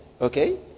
Okay